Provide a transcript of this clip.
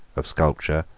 of sculpture,